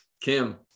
Kim